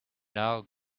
now